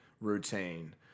routine